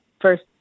first